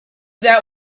what